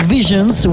Visions